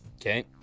Okay